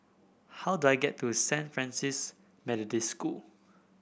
how do I get to Saint Francis Methodist School